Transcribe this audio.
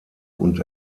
und